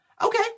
Okay